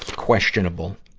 questionable,